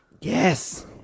Yes